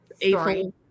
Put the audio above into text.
April